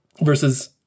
versus